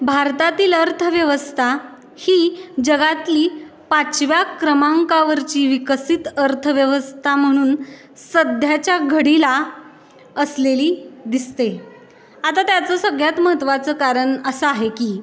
भारतातील अर्थव्यवस्था ही जगातली पाचव्या क्रमांकावरची विकसित अर्थव्यवस्था म्हणून सध्याच्या घडीला असलेली दिसते आता त्याचं सगळ्यात महत्त्वाचं कारण असं आहे की